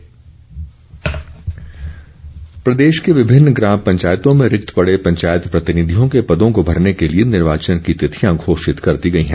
नामांकन प्रदेश की विभिन्न ग्राम पंचायतों में रिक्त पंचायत प्रतिनिधियों के पदों को भरने के लिए निर्वाचन की तिथियां घोषित कर दी गई हैं